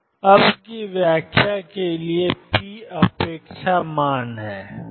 अब की व्याख्या के लिए p अपेक्षा मान है